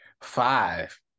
five